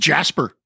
Jasper